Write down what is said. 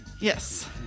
Yes